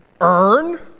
earn